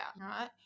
right